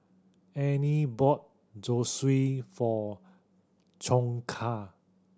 Anie bought Zosui for